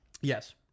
Yes